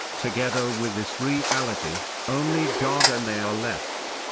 together with this reality, only god and they are left.